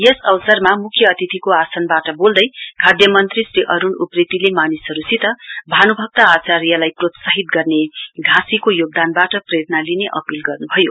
यस अवसरमा मुख्य अतिथिको आसानबाट बोल्दै स्वास्थ्य मन्त्री श्री अरुण उप्रेतीले मानिसहरुसित भानुभक्त आचार्यलाईल प्रोत्साहित गर्ने घाँसीको योगदानबाट प्रेरणा लिने अपील गर्न् भयो